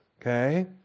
okay